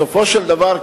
בסופו של דבר,